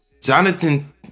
Jonathan